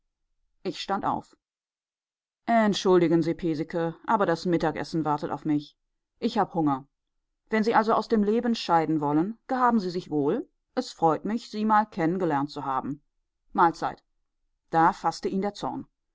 ich stand auf entschuldigen sie piesecke aber das mittagessen wartet auf mich ich hab hunger wenn sie also aus dem leben scheiden wollen gehaben sie sich wohl es freut mich sie mal kennengelernt zu haben mahlzeit da faßte ihn der zorn